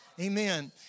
Amen